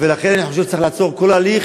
ולכן אני חושב שצריך לעצור כל הליך